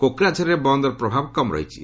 କୋକ୍ରାଝରରେ ବନ୍ଦର ପ୍ରଭାବ କମ୍ ରହିଛି